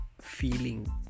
feeling